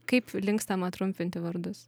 kaip linkstama trumpinti vardus